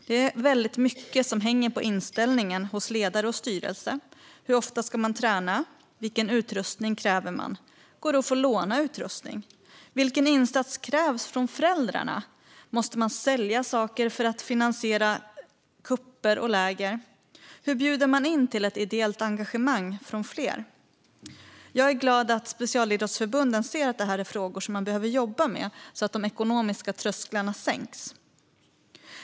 Det är väldigt mycket som hänger på inställningen hos ledare och styrelse. Hur ofta ska man träna? Vilken utrustning kräver man? Går det att låna utrustning? Vilken insats krävs från föräldrarna? Måste man sälja saker för att finansiera cuper och läger? Hur bjuder man in till ett ideellt engagemang från fler? Jag är glad att specialidrottsförbunden ser att detta är frågor som man behöver jobba med, så att de ekonomiska trösklarna sänks.